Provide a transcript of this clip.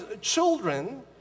children